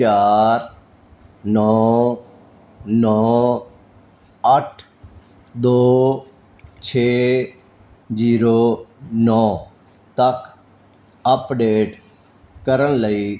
ਚਾਰ ਨੌ ਨੌ ਅੱਠ ਦੋ ਛੇ ਜੀਰੋ ਨੌ ਤੱਕ ਅਪਡੇਟ ਕਰਨ ਲਈ